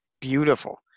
beautiful